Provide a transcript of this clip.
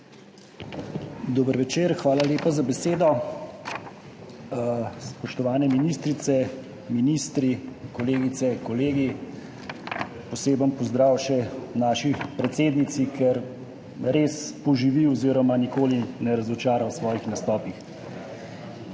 Dober večer, hvala lepa za besedo. Spoštovane ministrice, ministri, kolegice, kolegi! Poseben pozdrav še naši predsednici, ker res poživi oziroma nikoli ne razočara v svojih nastopih!